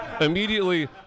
immediately